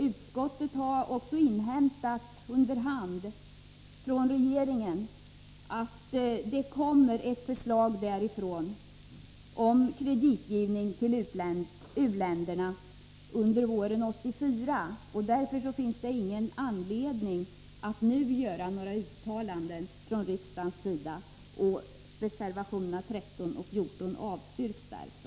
Utskottet har också inhämtat under hand från regeringen att det under våren 1984 kommer ett förslag därifrån om kreditgivning till u-länderna. Därför finns det ingen anledning att nu göra några uttalanden från riksdagens sida.